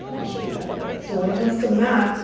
i'll show you that in a minute. so when it comes to math,